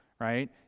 right